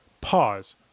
pause